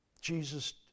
Jesus